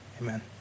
Amen